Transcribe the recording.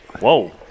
Whoa